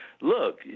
look